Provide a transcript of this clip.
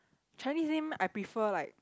Chinese name I prefer like